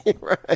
right